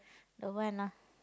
don't want lah